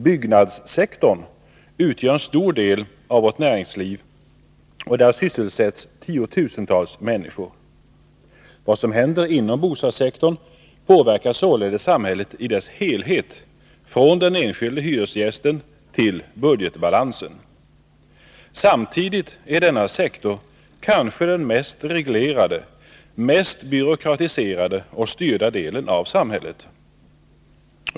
Byggnadssektorn utgör en stor del av vårt näringsliv, och där sysselsätts tiotusentals människor. Vad som händer inom bostadssektorn påverkar således samhället i dess helhet från den enskilde hyresgästen till budgetbalansen. Samtidigt är denna sektor kanske den mest reglerade, mest byråkratiserade och styrda delen av samhället.